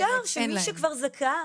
אפשר שמי שכבר זכה,